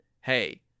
hey